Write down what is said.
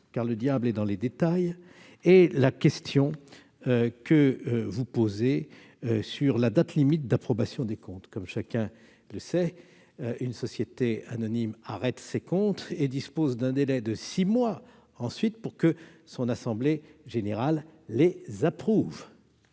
car le diable est dans les détails -est la question que vous posez sur la date limite d'approbation des comptes. Comme chacun le sait, une société anonyme, après avoir arrêté ses comptes, dispose d'un délai de six mois pour les faire approuver par son assemblée générale. Compte